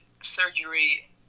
surgery